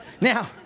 Now